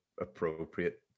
appropriate